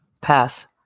pass